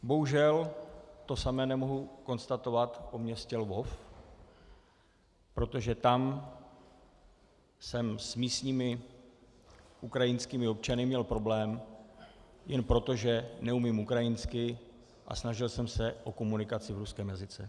Bohužel to samé nemohu konstatovat o městě Lvov, protože tam jsem s místními ukrajinskými občany měl problém jen proto, že neumím ukrajinsky a snažil jsem se o komunikaci v ruském jazyce.